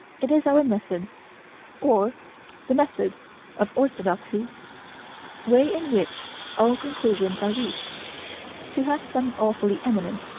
it is our method or the method of orthodoxy way in which all conclusions are reached to have some awfully eminent,